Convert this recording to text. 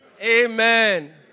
Amen